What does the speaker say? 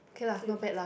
okay lah not bad lah